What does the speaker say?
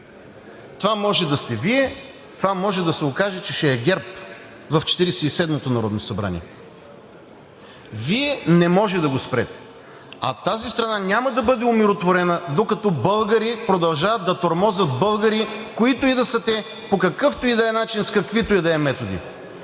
Това може да сте Вие, това може да се окаже, че ще е ГЕРБ в 47-ото народно събрание. Вие не може да го спрете, а тази страна няма да бъде омиротворена, докато българи продължават да тормозят българи, които и да са те, по какъвто и да е начин, с каквито и да е методи.